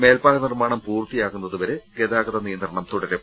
മേൽപ്പാല നിർമാണം പൂർത്തിയാകുന്നതുവരെ ഗതാഗതനിയന്ത്രണം തുടരും